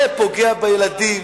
זה פוגע בילדים,